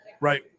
Right